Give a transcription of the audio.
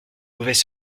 mauvaise